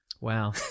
Wow